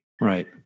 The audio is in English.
right